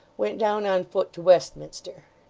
went down on foot to westminster.